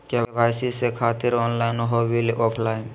KYC से खातिर online हो बिल ऑफलाइन?